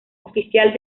oficial